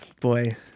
Boy